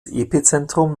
epizentrum